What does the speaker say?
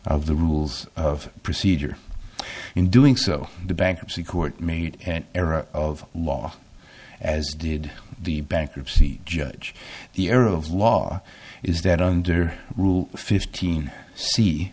of the rules of procedure in doing so the bankruptcy court made an error of law as did the bankruptcy judge the error of law is that under fifteen